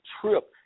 trip